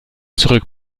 zurück